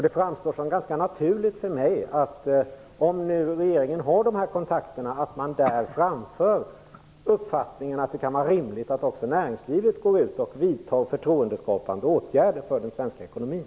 Det framstår som ganska naturligt för mig att regeringen, när den nu har de här kontakterna, i dessa framför uppfattningen att det kan vara rimligt att också näringslivet vidtar förtroendeskapande åtgärder för den svenska ekonomin.